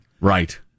Right